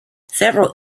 several